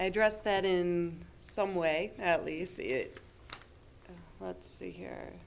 address that in some way at least let's see here